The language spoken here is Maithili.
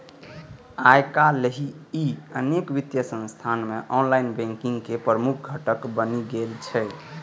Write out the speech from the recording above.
आइकाल्हि ई अनेक वित्तीय संस्थान मे ऑनलाइन बैंकिंग के प्रमुख घटक बनि गेल छै